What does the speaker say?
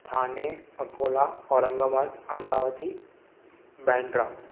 Thane Akola Aurangabad Amravati Bandra